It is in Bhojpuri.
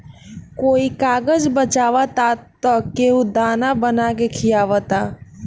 कोई कागज बचावता त केहू दाना बना के खिआवता